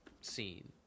scene